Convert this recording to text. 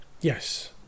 yes